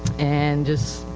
and just,